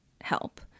help